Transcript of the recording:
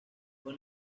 fue